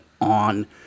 on